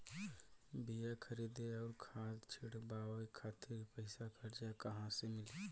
बीया खरीदे आउर खाद छिटवावे खातिर पईसा कर्जा मे कहाँसे मिली?